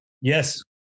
Yes